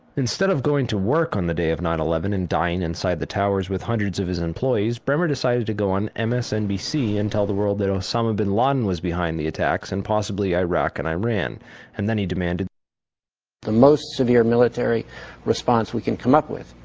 instead of going to work on the day of nine eleven and dying inside the towers with hundreds of his employees, bremer decided to go on msnbc and tell the world that osama bin laden was behind the attacks and possibly iraq and iran and then he demanded the most severe military response we can come up with.